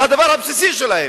על הדבר הבסיסי שלהם,